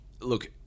look